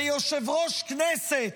ביושב-ראש הכנסת,